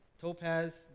topaz